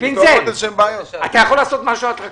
פינצל, אתה יכול לעשות משהו אטרקטיבי?